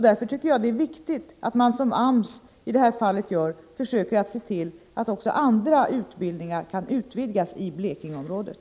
Därför tycker jag att det är viktigt att, som AMS gör i detta fall, försöka se till att utöka andra utbildningar inom Blekingeområdet.